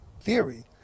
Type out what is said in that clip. theory